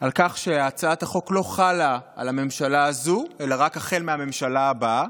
על כך שהצעת החוק לא חלה על הממשלה הזו אלא רק החל מהממשלה הבאה,